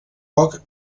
poc